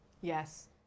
Yes